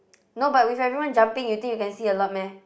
no but with everyone jumping you think you can see a lot meh